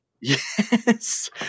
yes